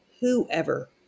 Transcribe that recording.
whoever